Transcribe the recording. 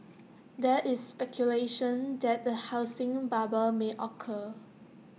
there is speculation that A housing bubble may occur